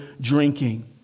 drinking